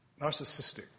narcissistic